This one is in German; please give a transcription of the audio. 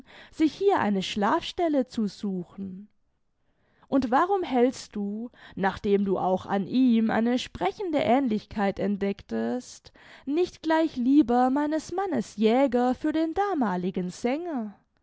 sich hier eine schlafstelle zu suchen und warum hältst du nachdem du auch an ihm eine sprechende aehnlichkeit entdecktest nicht gleich lieber meines mannes jäger für den damaligen sänger